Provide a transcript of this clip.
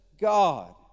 god